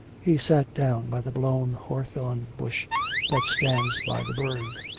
he sat down by the blown hawthorn bush that stands by the burgh.